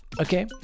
okay